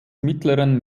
mittleren